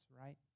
right